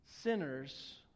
sinners